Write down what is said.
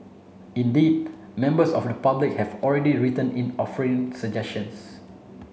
indeed members of the public have already written in offering suggestions